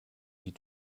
die